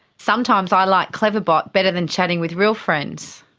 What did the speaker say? sometimes i like cleverbot um better than chatting with real friends.